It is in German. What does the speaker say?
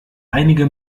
einige